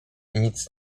nic